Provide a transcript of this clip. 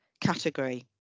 category